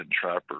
Trappers